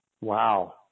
wow